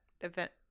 event